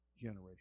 generation